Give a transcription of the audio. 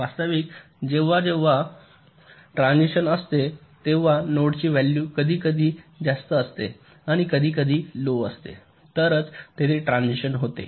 वास्तविक जेव्हा जेव्हा ट्रान्सिशन असते तेव्हा नोडची व्हॅल्यू कधीकधी जास्त असते आणि कधीकधी लो असते तरच तेथे ट्रान्सिशन होते